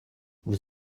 vous